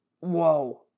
whoa